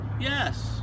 Yes